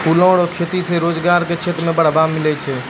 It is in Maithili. फूलो रो खेती से रोजगार के क्षेत्र मे भी बढ़ावा मिलै छै